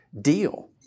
deal